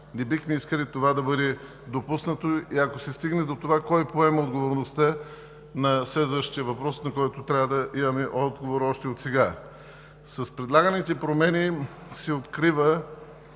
Не бихме искали да бъде допуснато и ако се стигне до това кой поема отговорността за следващия въпрос, на който трябва да имаме отговор още отсега. С предлаганите промени се открива